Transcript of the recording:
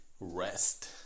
rest